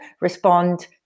respond